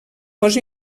cos